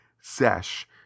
sesh